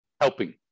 helping